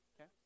Okay